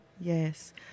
Yes